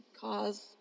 cause